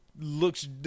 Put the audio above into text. looks